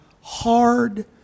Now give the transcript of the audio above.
hard